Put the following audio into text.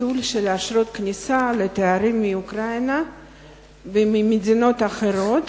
לביטול אשרות כניסה לתיירים מאוקראינה וממדינות אחרות